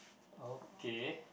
okay